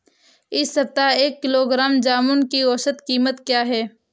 इस सप्ताह एक किलोग्राम जामुन की औसत कीमत क्या है?